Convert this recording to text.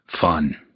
fun